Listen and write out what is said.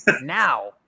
Now